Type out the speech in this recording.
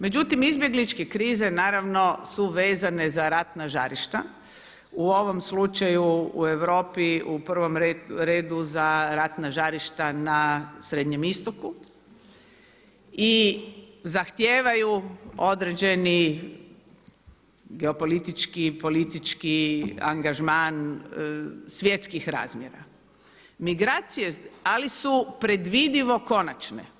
Međutim, izbjegličke krize naravno su vezane za ratna žarišta u ovom slučaju u Europi u prvom redu za ratna žarišta na srednjem istoku i zahtijevaju određeni geopolitički i politički angažman svjetskih razmjera, ali su predvidivo konačne.